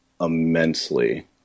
immensely